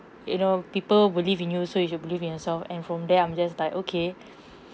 you know people believe in you so you should believe in yourself and from there I'm just like okay